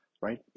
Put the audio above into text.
right